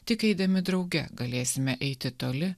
tik eidami drauge galėsime eiti toli